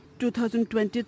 2020